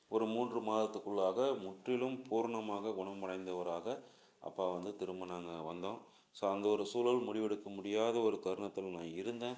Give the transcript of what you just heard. ஒரு மூன்று மாதத்துக்குள்ளாக முற்றிலும் பூரணமாக குணமடைந்தவராக அப்பா வந்து திரும்ப நாங்கள் வந்தோம் ஸோ அந்த ஒரு சூழல் முடிவெடுக்க முடியாத ஒரு தருணத்தில் நான் இருந்தேன்